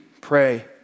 pray